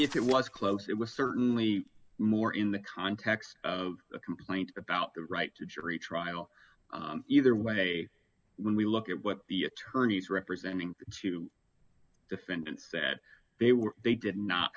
if it was close it was certainly more in the context of a complaint about the right to jury trial either way when we look at what the attorneys representing two defendants that they were they did not